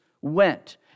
went